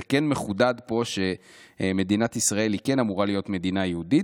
כן מחודד פה שמדינת ישראל היא כן אמורה להיות מדינה יהודית,